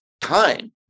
time